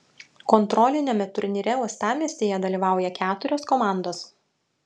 kontroliniame turnyre uostamiestyje dalyvauja keturios komandos